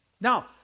Now